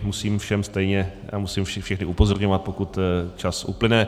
Musím všem stejně, musím všechny upozorňovat, pokud čas uplyne.